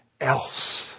else